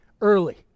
early